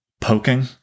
poking